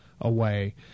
away